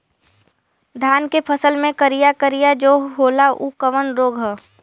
धान के फसल मे करिया करिया जो होला ऊ कवन रोग ह?